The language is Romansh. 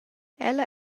ella